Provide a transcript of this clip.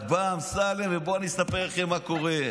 רק בא אמסלם, ובואו אני אספר לך מה קורה.